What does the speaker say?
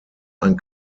ein